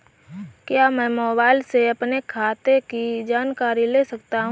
क्या मैं मोबाइल से अपने खाते की जानकारी ले सकता हूँ?